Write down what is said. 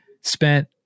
spent